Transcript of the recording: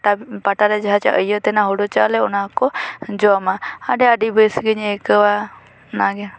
ᱯᱟᱴᱟ ᱨᱮ ᱡᱟᱦᱟᱸ ᱤᱭᱟᱹ ᱛᱟᱦᱮᱱᱟ ᱦᱳᱲᱳ ᱪᱟᱣᱞᱮ ᱚᱱᱟ ᱦᱚᱸ ᱠᱚ ᱡᱚᱢᱟ ᱟᱹᱰᱤ ᱟᱹᱰᱤ ᱵᱮᱥ ᱜᱮᱧ ᱟᱹᱭᱠᱟᱹᱣᱟ ᱚᱱᱟ ᱜᱮ